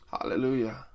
hallelujah